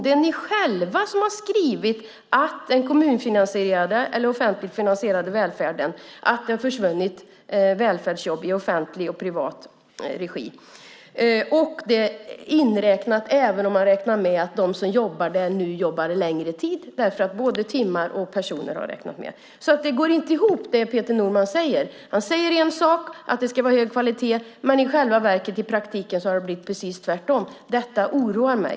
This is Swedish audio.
Det är ni själva som har skrivit att det har försvunnit välfärdsjobb i offentlig och privat regi, i den kommunfinansierade eller offentligt finansierade välfärden. Så är det även om man räknar in att de som jobbar där nu jobbar längre tid. Det som Peter Norman säger går inte ihop. Han säger en sak, nämligen att det ska vara hög kvalitet, men i själva verket har det i praktiken blivit precis tvärtom. Detta oroar mig.